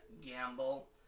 gamble